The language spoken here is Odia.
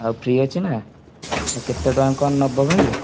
ଆଉ ଫ୍ରି ଅଛି ନା କେତେ ଟଙ୍କା କଣ ନେବ ଭାଇ